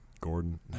Gordon